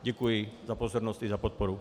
Děkuji za pozornost i za podporu.